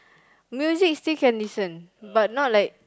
no you see you still can listen but not like